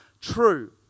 true